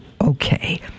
okay